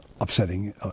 upsetting